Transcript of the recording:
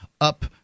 up